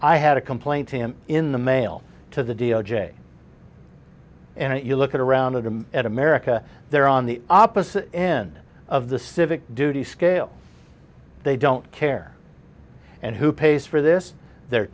i had a complaint him in the mail to the d o j and you look around at america they're on the opposite end of the civic duty scale they don't care and who pays for this their